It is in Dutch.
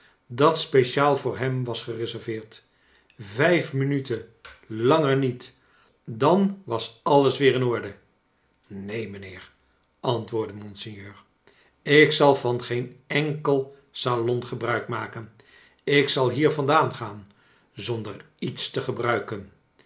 dat speciaal voor hem was gereserveerd vijf minuten langer niet dan was alles weer in orde neen mijnheer antwoordde mom seigneur ik zal van geen enkel salon gebruik maken ik zal hier vandaan gaan zonder iets te gebruiken